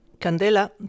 Candela